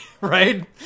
Right